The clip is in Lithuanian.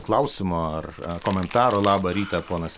klausimo ar komentaro labą rytą ponas